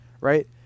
right